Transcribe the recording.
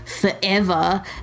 forever